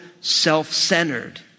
self-centered